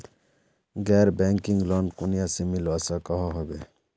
गैर banking loan कुनियाँ से मिलवा सकोहो होबे?